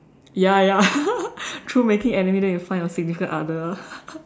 ya ya through making enemy then you find your significant other